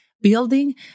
building